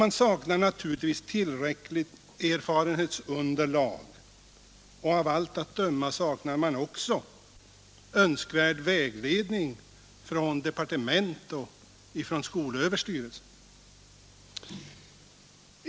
Man saknar naturligtvis tillräckligt erfarenhetsunderlag, och av allt att döma saknar man också önskvärd vägledning från departementet och SÖ.